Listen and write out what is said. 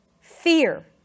fear